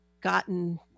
gotten